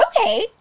okay